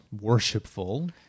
worshipful